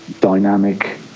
Dynamic